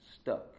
stuck